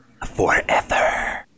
forever